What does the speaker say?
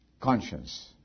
conscience